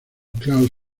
klaus